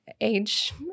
age